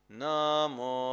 namo